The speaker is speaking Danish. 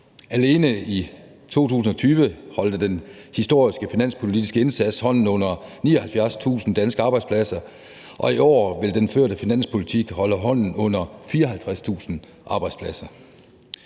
Alene i 2020 holder den historiske finanspolitiske indsats hånden under 79.000 danske arbejdspladser, og i år vil den førte finanspolitik holde hånden under 54.000 arbejdspladser.